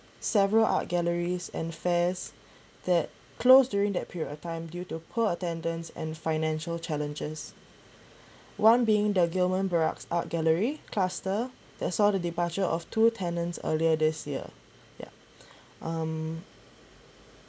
several art galleries and fairs that closed during that period of time due to poor attendance and financial challenges one being the gillman barracks art gallery cluster they saw the departure of two tenants earlier this year ya um